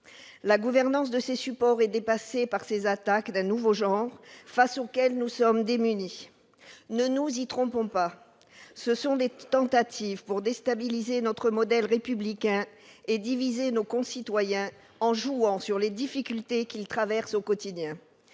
La gouvernance de ces supports est dépassée par ces attaques d'un nouveau genre face auxquelles nous sommes démunis. Ne nous y trompons pas, ce sont des tentatives pour déstabiliser notre modèle républicain et diviser nos concitoyens en jouant sur les difficultés qu'ils traversent au quotidien.